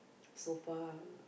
so far